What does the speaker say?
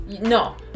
No